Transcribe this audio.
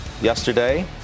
yesterday